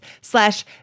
slash